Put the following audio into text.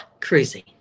cruising